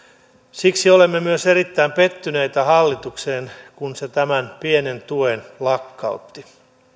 siksi olemme myös erittäin pettyneitä hallitukseen kun se tämän pienen tuen lakkautti